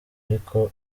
ariko